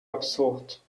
absurd